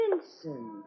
Vincent